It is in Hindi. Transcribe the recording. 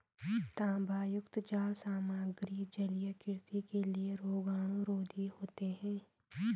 तांबायुक्त जाल सामग्री जलीय कृषि के लिए रोगाणुरोधी होते हैं